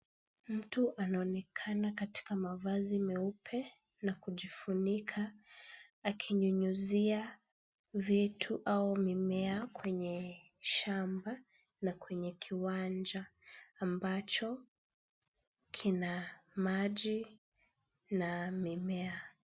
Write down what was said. Mtu anaonekana katika mavazi meupe na kujifunika, akinyunyizia vitu au mimea kwenye shamba na kwenye kiwanja ambacho kina maji na mimea.